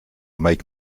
make